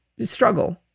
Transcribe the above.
struggle